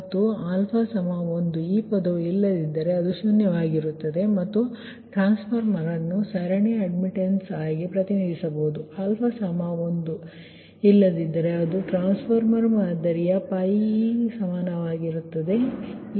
ಮತ್ತು 1 ಈ ಪದವು ಇಲ್ಲದಿದ್ದಾಗ ಅದು ಶೂನ್ಯವಾಗಿರುತ್ತದೆ ಮತ್ತು ಟ್ರಾನ್ಸ್ಫಾರ್ಮರ್ ಅನ್ನು ಸರಣಿ ಅಡ್ಮಿಟ್ಟನ್ಸ್ ಆಗಿ ಪ್ರತಿನಿಧಿಸಬಹುದು 1 ಇಲ್ಲದಿದ್ದರೆ ಅದು ಟ್ರಾನ್ಸ್ಫಾರ್ಮರ್ ಮಾದರಿಯ π ಸಮಾನವಾಗಿರುತ್ತದೆ ಸರಿ